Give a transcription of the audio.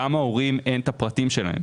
מהי כמות ההורים שאין להם את הפרטים שלהם.